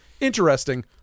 interesting